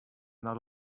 not